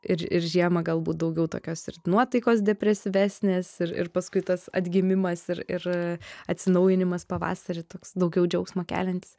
ir ir žiemą galbūt daugiau tokios ir nuotaikos depresyvesnės ir ir paskui tas atgimimas ir ir atsinaujinimas pavasarį toks daugiau džiaugsmo keliantis